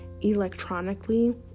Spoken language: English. electronically